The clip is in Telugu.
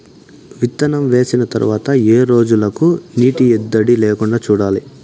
విత్తనం వేసిన తర్వాత ఏ రోజులకు నీటి ఎద్దడి లేకుండా చూడాలి?